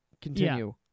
continue